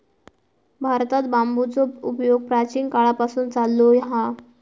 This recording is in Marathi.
भारतात बांबूचो उपयोग प्राचीन काळापासून चाललो हा